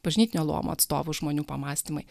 bažnytinio luomo atstovų žmonių pamąstymai